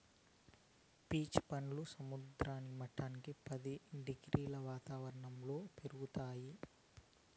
peach పండ్లు సముద్ర మట్టానికి పది డిగ్రీల వాతావరణంలో పెరుగుతాయి